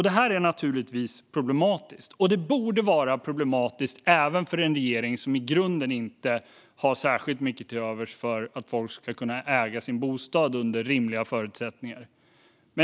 Det här är naturligtvis problematiskt, och det borde vara problematiskt även för en regering som i grunden inte har särskilt mycket till övers för att folk ska kunna äga sin bostad under rimliga förutsättningar.